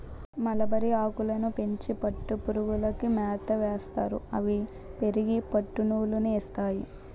మలబరిఆకులని పెంచి పట్టుపురుగులకి మేతయేస్తారు అవి పెరిగి పట్టునూలు ని ఇస్తాయి